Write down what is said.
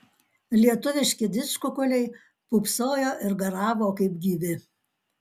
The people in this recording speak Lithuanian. lietuviški didžkukuliai pūpsojo ir garavo kaip gyvi